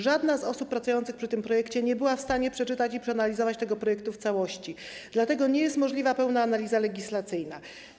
Żadna z osób pracujących przy tym projekcie nie była w stanie przeczytać i przeanalizować tego projektu w całości, dlatego nie jest możliwa pełna analiza legislacyjna.